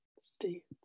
States